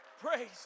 Praise